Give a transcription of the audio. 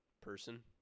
person